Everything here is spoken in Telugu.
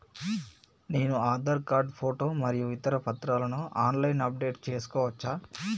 నేను ఆధార్ కార్డు ఫోటో మరియు ఇతర పత్రాలను ఆన్ లైన్ అప్ డెట్ చేసుకోవచ్చా?